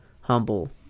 humble